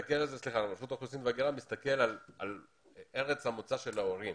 רשות האוכלוסין וההגירה מסתכלת על ארץ המוצא של ההורים